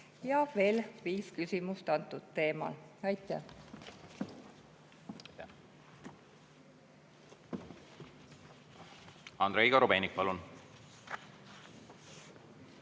Ja veel viis küsimust antud teemal. Aitäh!